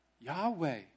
Yahweh